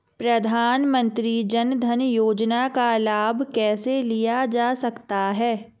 प्रधानमंत्री जनधन योजना का लाभ कैसे लिया जा सकता है?